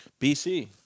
BC